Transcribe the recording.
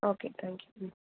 okay thank you ம்